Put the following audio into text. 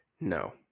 no